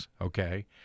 okay